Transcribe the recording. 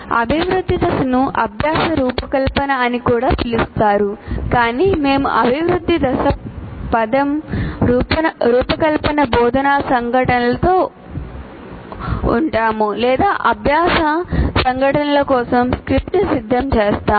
అభివృద్ధి దశను అభ్యాస రూపకల్పన అని కూడా పిలుస్తారు కాని మేము అభివృద్ధి దశ పదం రూపకల్పన బోధనా సంఘటనలతో ఉంటాము లేదా అభ్యాస సంఘటనల కోసం స్క్రిప్ట్ను సిద్ధం చేస్తాము